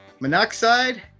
Monoxide